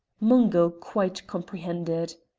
mungo quite comprehended.